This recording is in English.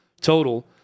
total